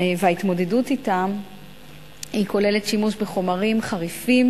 וההתמודדות אתם כוללת שימוש בחומרים חריפים,